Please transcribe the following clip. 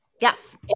Yes